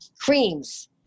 creams